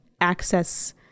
access